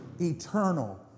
eternal